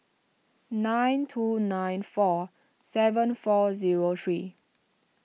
nine two nine four seven four zero three